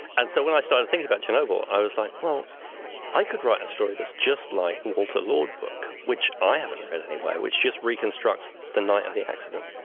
and so when i started thinking about chernobyl, i was like, well i could write a story that's just like the walter lord book, which i haven't read anyway, which just reconstructs the night of the accident.